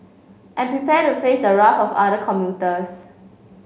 and prepare to face the wrath of other commuters